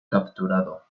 capturado